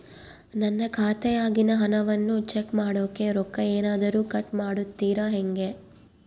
ನನ್ನ ಖಾತೆಯಾಗಿನ ಹಣವನ್ನು ಚೆಕ್ ಮಾಡೋಕೆ ರೊಕ್ಕ ಏನಾದರೂ ಕಟ್ ಮಾಡುತ್ತೇರಾ ಹೆಂಗೆ?